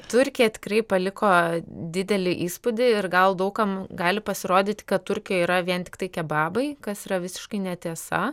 turkija tikrai paliko didelį įspūdį ir gal daug kam gali pasirodyt kad turkija yra vien tiktai kebabai kas yra visiškai netiesa